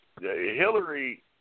Hillary